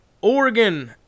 Oregon